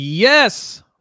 Yes